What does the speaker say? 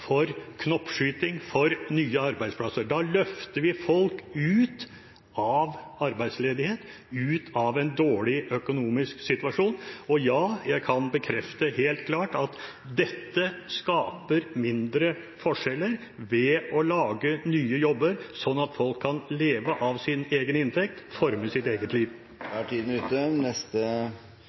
for knoppskyting og nye arbeidsplasser. Da løfter vi folk ut av arbeidsledighet og en dårlig økonomisk situasjon. Ja, jeg kan bekrefte helt klart at dette skaper mindre forskjeller ved å lage nye jobber, sånn at folk kan leve av sin egen inntekt og forme sitt eget